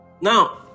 Now